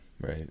right